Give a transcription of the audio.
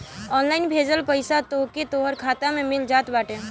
online भेजल पईसा तोहके तोहर खाता में मिल जात बाटे